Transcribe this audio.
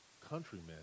countrymen